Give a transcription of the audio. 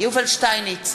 יובל שטייניץ,